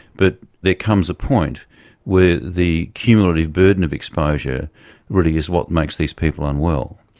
but there comes a point where the cumulative burden of exposure really is what makes these people unwell.